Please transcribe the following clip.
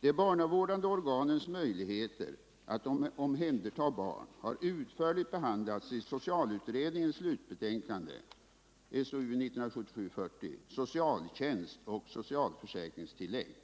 De barnavårdande organens möjligheter att omhänderta barn har utförligt behandlats i socialutredningens slutbetänkande Socialtjänst och socialförsäkringstillägg.